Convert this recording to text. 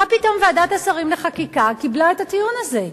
מה פתאום ועדת השרים לחקיקה קיבלה את הטיעון הזה?